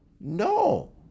No